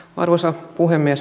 arvoisa puhemies